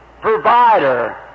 provider